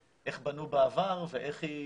איך בנו בעבר ואיך היא